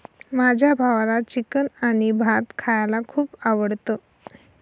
माझ्या भावाला चिकन आणि भात खायला खूप आवडतं